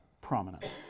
prominent